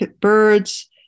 birds